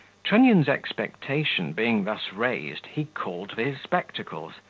trunnion's expectation being thus raised, he called for his spectacles,